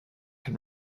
can